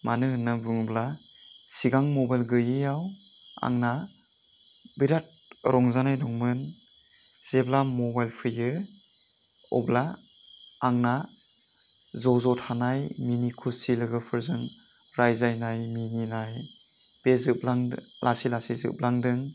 मानो होन्ना बुङोब्ला सिगां मबाइल गैयैआव आंना बिराद रंजानाय दंमोन जेब्ला मबाइल फैयो अब्ला आंना ज' ज' थानाय मिनि खुसि लोगोफोरजों रायज्लाइनाय मिनिनाय बे जोबलांदो लासै लासै जोबलांदों